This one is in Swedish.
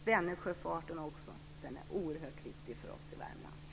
Vänersjöfarten är också oerhört viktig för oss i